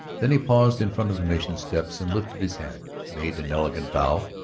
then he paused in front of the mission steps and lifted his hat, made an elegant bow,